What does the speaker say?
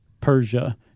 Persia